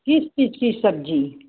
किस चीज़ की सब्ज़ी